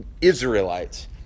Israelites